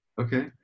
Okay